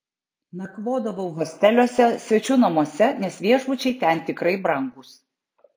nakvodavau hosteliuose svečių namuose nes viešbučiai ten tikrai brangūs